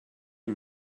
you